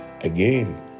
again